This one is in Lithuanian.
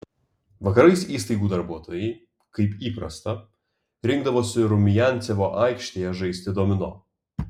vakarais įstaigų darbuotojai kaip įprasta rinkdavosi rumiancevo aikštėje žaisti domino